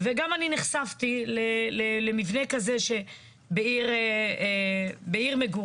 וגם אני נחשפתי למבנה כזה בעיר מגוריי,